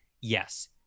Yes